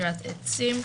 עקירת עצים.